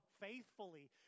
faithfully